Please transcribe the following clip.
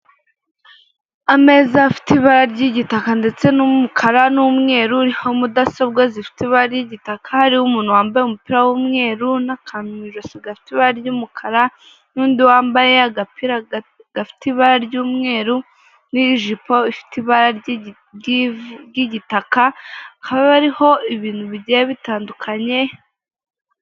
Ameza afite ibara ry'igitaka ndetse n'umukara n'umweru ariho mudasobwa zifite ibara ry'igitaka hariho umuntu wambaye umupira w'umweru n'akantu mu ijosi gafite ibara ry'umukara n'undi wambaye agapira gafite ibara ry'umweru n'ijipo ifite ibara ry'igitaka haba ariho ibintu bigiye bitandukanye.